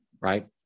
Right